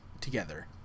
together